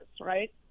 Right